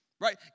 Right